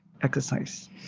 exercise